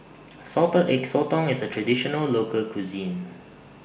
Salted Egg Sotong IS A Traditional Local Cuisine